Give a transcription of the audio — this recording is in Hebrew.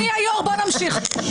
אדוני היו"ר, בוא נמשיך.